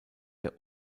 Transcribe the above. der